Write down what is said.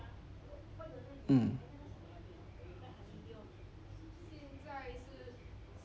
mm